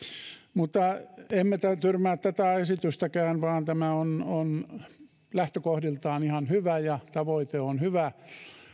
mutta emme tyrmää tätä esitystäkään vaan tämä on on lähtökohdiltaan ihan hyvä ja tavoite on hyvä